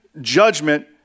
judgment